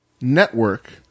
network